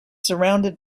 surrounded